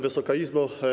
Wysoka Izbo!